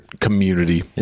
community